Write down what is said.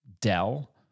Dell